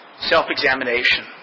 Self-examination